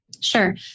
Sure